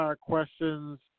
questions